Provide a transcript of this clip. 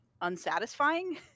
unsatisfying